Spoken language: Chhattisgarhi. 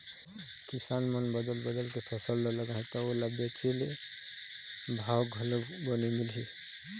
किसान मन बदल बदल के फसल ल लगाही त ओला बेचे ले भाव घलोक बने मिलही